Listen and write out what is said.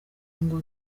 ngo